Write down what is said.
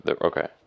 Okay